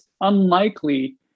unlikely